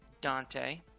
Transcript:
Dante